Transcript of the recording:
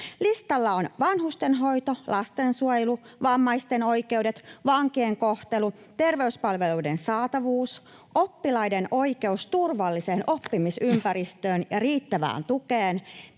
Listalla on vanhustenhoito, lastensuojelu, vammaisten oikeudet, vankien kohtelu, terveyspalveluiden saatavuus, oppilaiden oikeus turvalliseen oppimisympäristöön ja riittävään tukeen,